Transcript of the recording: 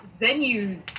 venues